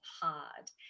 hard